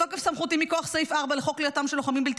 בתוקף סמכותי מכוח סעיף 4 לחוק כליאתם של לוחמים בלתי